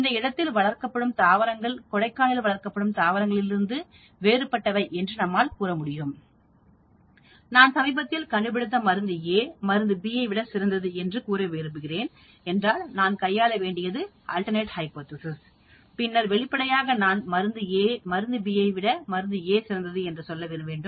இந்த இடத்தில் வளர்க்கப்படும் தாவரங்கள் கொடைக்கானலில் வளர்க்கப்படும் தாவரங்களிலிருந்து வேறுபட்டவை என்று நாம் கூறலாம் நான் சமீபத்தில் கண்டுபிடித்த மருந்து A மருந்து B ஐ விட சிறந்தது என்று கூற விரும்புகிறீர்கள் என்றாள் நாம் கையாள வேண்டியது அல்டர்நெட் ஹைபோதேசிஸ் பின்னர் வெளிப்படையாக நான் மருந்து B ஐ விட மருந்து A சிறந்தது என்று சொல்ல வேண்டும்